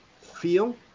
feel